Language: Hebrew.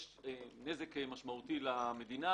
יש נזק משמעותי למדינה